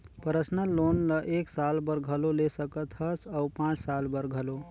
personal loan ल एक साल बर घलो ले सकत हस अउ पाँच साल बर घलो